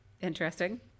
Interesting